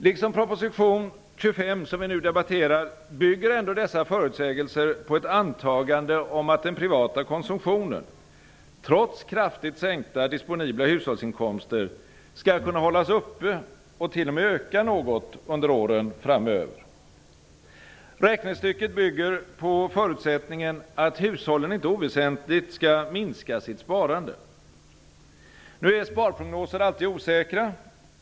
Liksom proposition 25, som vi nu debatterar, bygger ändå dessa förutsägelser på ett antagande om att den privata konsumtionen - trots kraftigt sänkta disponibla huhållsinkomster - skall kunna hållas uppe och t.o.m. öka något under åren framöver. Räknestycket bygger på förutsättningen att hushållen inte oväsentligt skall minska sitt sparande. Sparprognoser är alltid osäkra.